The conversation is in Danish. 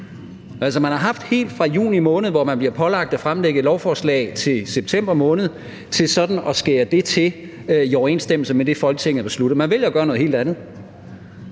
man har haft helt fra juni måned, hvor man bliver pålagt at fremlægge et lovforslag til september måned, til sådan at skære det til i overensstemmelse med det, Folketinget beslutter. Man vælger at gøre noget helt andet.